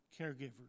caregivers